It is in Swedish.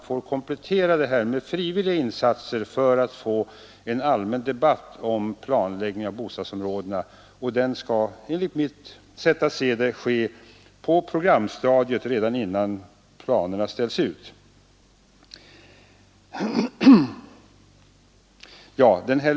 Då kan vi få en allmän debatt om planläggningen av bostadsområdena, och den skall enligt mitt sätt att se ske på programstadiet, redan innan planerna ställs ut.